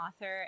author